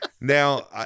Now